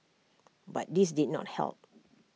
but this did not help